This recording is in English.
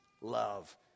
love